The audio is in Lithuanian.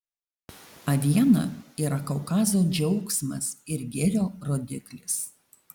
aviena yra kaukazo džiaugsmas ir gėrio rodiklis